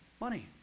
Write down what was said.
Money